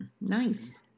Nice